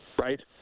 right